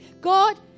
God